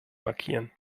markieren